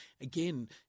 again